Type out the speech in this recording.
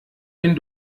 den